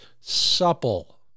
supple